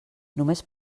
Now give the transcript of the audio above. només